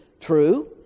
true